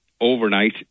overnight